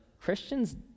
Christians